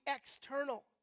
external